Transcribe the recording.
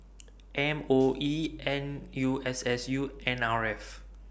M O E N U S S U N R F